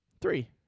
three